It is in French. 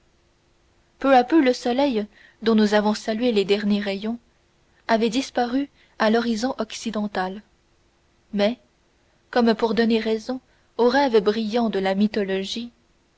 peu à peu le soleil dont nous avons salué les derniers rayons avait disparu à l'horizon occidental mais comme pour donner raison aux rêves brillants de la mythologie